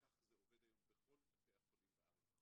כך זה עובד היום בכל בתי החולים בארץ.